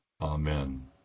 Amen